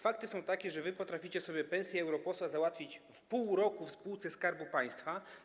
Fakty są takie, że wy potraficie sobie pensje europosła załatwić w pół roku w spółce Skarbu Państwa.